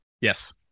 yes